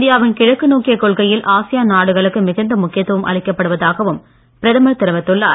இந்தியாவின் கிழக்கு நோக்கிய கொள்கையில் ஆசியான் நாடுகளுக்கு மிகுந்த முக்கியத்துவம் அளிக்கப்படுவதாகவும் பிரதமர் தெரிவித்துள்ளார்